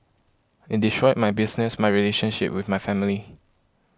it destroyed my business my relationship with my family